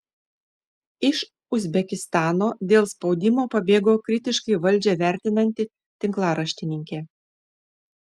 iš uzbekistano dėl spaudimo pabėgo kritiškai valdžią vertinanti tinklaraštininkė